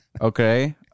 Okay